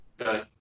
Okay